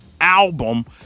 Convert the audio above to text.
album